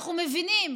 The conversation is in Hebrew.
אנחנו מבינים.